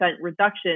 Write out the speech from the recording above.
reduction